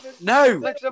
no